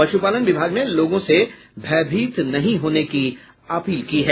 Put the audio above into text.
पशुपालन विभाग ने लोगो से भयभीत नहीं होने की अपील की है